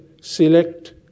select